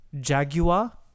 Jaguar